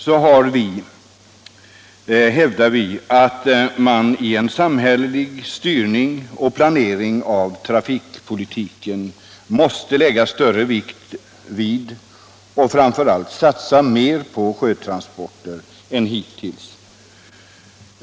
Vi hävdar i motionen att man i en samhällelig styrning och planering av trafikpolitiken måste lägga större vikt vid och satsa mer på sjötransporter än hittills.